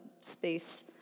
space